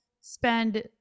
spend